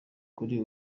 kuri